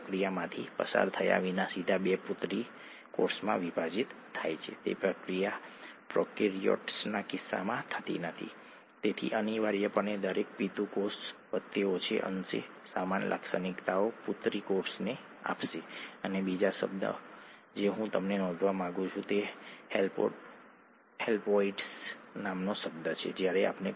chromatin વધુ સંક્ષેપણ કરીને કોશિકા વિભાજન દરમિયાન દૃશ્યમાન રંગસૂત્રો રંગીન પદાર્થોની રચના કરે છે બીજા શબ્દોમાં કહીએ તો તેઓ આ તબક્કા દરમિયાન રંગસૂત્રો લે છે અને તેથી જ તેમને રંગસૂત્રો રંગીન શરીર કહેવામાં આવે છે